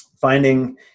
finding